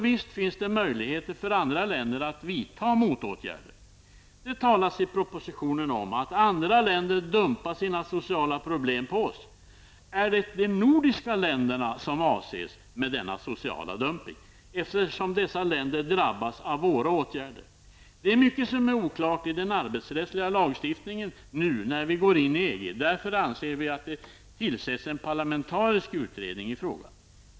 Visst finns det möjligheter för andra länder att vidta motåtgärder. Det talas i propositionen om att andra länder dumpar sina sociala problem på oss. Är det de nordiska länderna som avses med denna sociala dumpning, eftersom dessa länder drabbas av våra åtgärder? Det är mycket som är oklart i den arbetsrättsliga lagstiftningen nu när vi går in i EG. Därför anser vi att det skall tillsättas en parlamentarisk utredning i frågan.